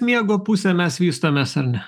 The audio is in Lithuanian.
miego pusę mes vystomės ar ne